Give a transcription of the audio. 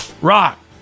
Rock